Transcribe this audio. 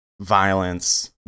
violence